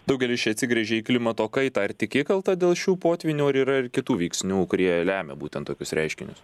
daugelis čia atsigręžė į klimato kaitą ar tik ji kalta dėl šių potvynių ar yra ir kitų veiksnių kurie lemia būtent tokius reiškinius